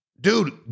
Dude